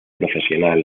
profesional